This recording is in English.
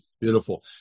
Beautiful